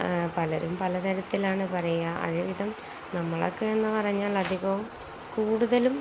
പലരും പലതരത്തിലാണു പറയുക നമ്മള്ക്കെന്നു പറഞ്ഞാൽ അധികവും കൂടുതലും